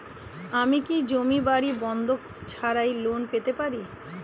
আমি কি জমি বাড়ি বন্ধক ছাড়াই লোন পেতে পারি?